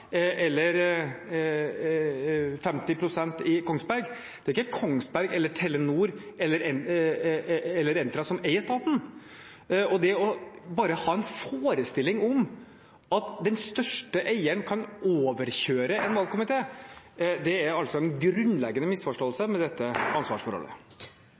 eller 50 pst. i Kongsberg Gruppen. Det er ikke Kongsberg Gruppen eller Telenor eller Entra som eier staten. Og bare det å ha en forestilling om at den største eieren kan overkjøre en valgkomité er altså en grunnleggende misforståelse av dette ansvarsforholdet.